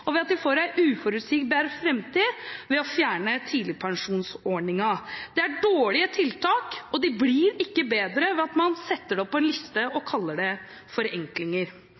og ved at de får en uforutsigbar framtid når tidligpensjonsordningen fjernes. Det er dårlige tiltak, og de blir ikke bedre av at man setter dem opp på en liste og kaller dem forenklinger.